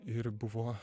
ir buvo